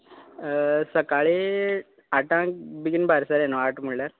सकाळीं आठांक बेगीन भायर सरया न्हय आठ म्हणल्यार